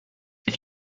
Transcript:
ich